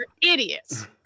idiots